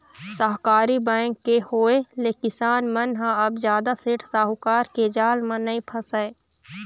सहकारी बेंक के होय ले किसान मन ह अब जादा सेठ साहूकार के जाल म नइ फसय